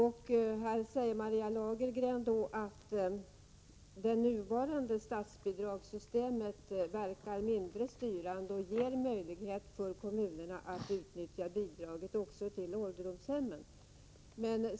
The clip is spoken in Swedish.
Här säger Maria Lagergren att det nuvarande bidragssystemet verkar mindre styrande och ger möjlighet för kommunerna att utnyttja bidraget också till ålderdomshemmen.